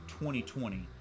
2020